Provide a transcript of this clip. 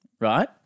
right